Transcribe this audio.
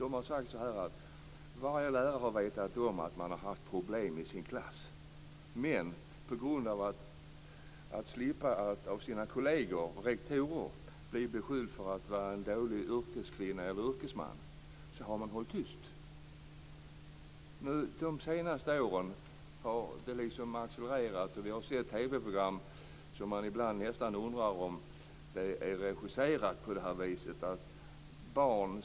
De här lärarna har sagt: Varje lärare har vetat om att det varit problem i klassen men för att av sina kolleger och rektorer slippa bli beskylld för att vara en dålig yrkeskvinna/en dålig yrkesman har man hållit tyst. Under de senaste åren har det liksom accelererat. Vi har sett TV-program som är sådana att man ibland nästan undrar om det hela är regisserat.